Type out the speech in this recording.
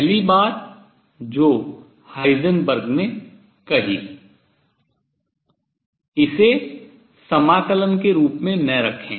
पहली बात जो हाइजेनबर्ग ने कही इसे समाकलन के रूप में न रखें